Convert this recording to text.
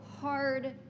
hard